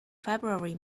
february